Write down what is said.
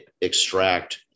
extract